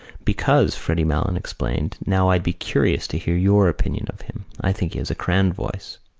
because, freddy malins explained, now i'd be curious to hear your opinion of him. i think he has a grand voice.